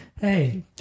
Hey